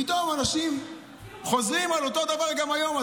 פתאום אנשים חוזרים על אותו דבר גם היום.